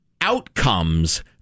outcomes